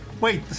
Wait